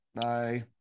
Bye